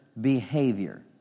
behavior